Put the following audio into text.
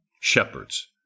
shepherds